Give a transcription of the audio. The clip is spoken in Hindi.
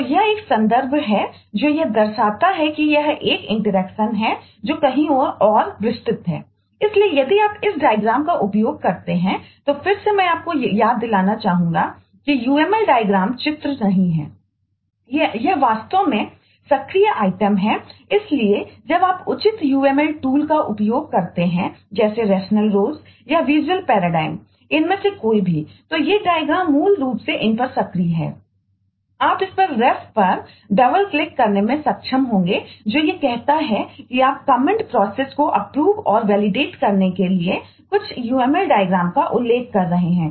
तो यह एक संदर्भ है जो यह दर्शाता है कि यह एक इंटरेक्शन का उल्लेख कर रहे हैं